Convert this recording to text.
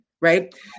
right